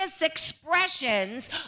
expressions